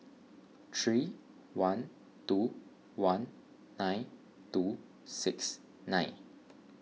three one two one nine two six nine